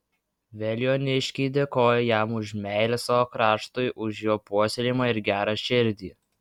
veliuoniškiai dėkoja jam už meilę savo kraštui už jo puoselėjimą ir gerą širdį